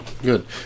Good